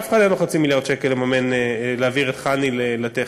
אף אחד אין לו חצי מיליארד שקל לממן להעביר את חנ"י לטכני.